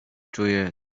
czuję